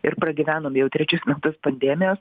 ir pragyvenom jau trečius metus pandemijos